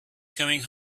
coming